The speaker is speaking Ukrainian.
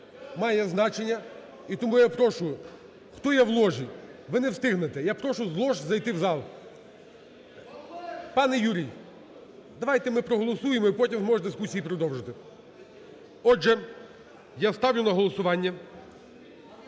має значення. І тому я прошу… Хто є в ложі? Ви не встигнете. Я прошу з лож зайти в зал. Пане Юрій, давайте ми проголосуємо і потім зможете дискусії продовжити. Отже, я ставлю на голосування